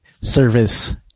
service